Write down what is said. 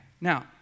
Now